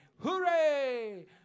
hooray